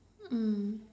mm